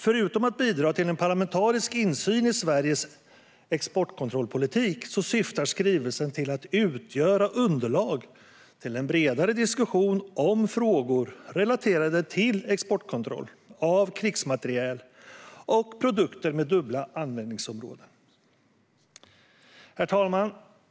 Förutom att bidra till en parlamentarisk insyn i Sveriges exportkontrollpolitik syftar skrivelsen till att utgöra underlag till en bredare diskussion om frågor relaterade till exportkontroll av krigsmateriel och produkter med dubbla användningsområden.